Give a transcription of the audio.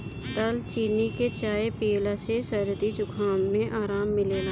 दालचीनी के चाय पियला से सरदी जुखाम में आराम मिलेला